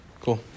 Cool